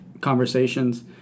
conversations